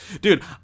Dude